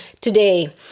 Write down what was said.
today